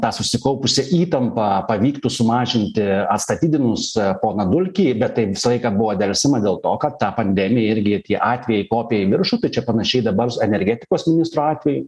tą susikaupusią įtampą pavyktų sumažinti atstatydinus poną dulkį bet tai visą laiką buvo delsiama dėl to kad ta pandemija irgi ir tie atvejai kopia į viršų tai čia panašiai dabar energetikos ministro atvejai